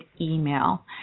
email